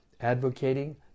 advocating